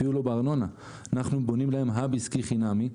אפילו לא בארנונה אנחנו בונים להם hub עסקי חינמי,